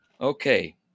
Okay